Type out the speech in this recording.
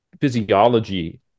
physiology